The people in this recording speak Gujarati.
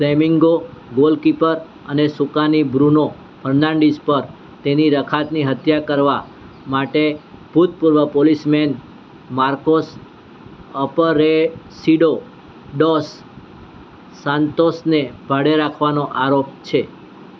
ફ્લેમિંગો ગોલકીપર અને સુકાની બ્રુનો ફર્નાન્ડીસ પર તેની રખાતની હત્યા કરવા માટે ભૂતપૂર્વ પોલીસમેન માર્કોસ અપરેસિડો ડોસ સાન્તોસને ભાડે રાખવાનો આરોપ છે